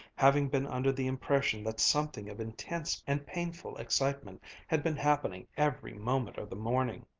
having been under the impression that something of intense and painful excitement had been happening every moment of the morning.